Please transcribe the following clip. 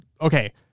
okay